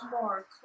more